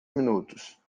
minutos